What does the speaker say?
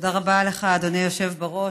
תודה רבה לך, אדוני היושב בראש.